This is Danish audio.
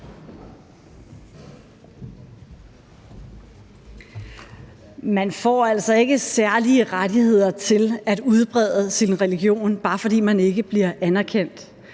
Man får altså ikke særlige rettigheder til at udbrede sin religion, bare fordi man ikke bliver anerkendt.